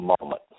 moment